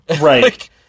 Right